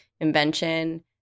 invention